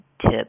tip